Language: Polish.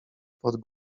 pod